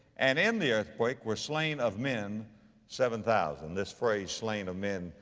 and in the earthquake were slain of men seven thousand, this phrase, slain of men,